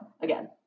again